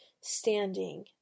standing